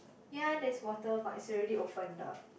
ya there is water but is already open up